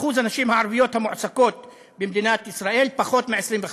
שיעור הנשים הערביות המועסקות במדינת ישראל הוא פחות מ-25%.